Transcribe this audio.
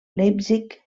leipzig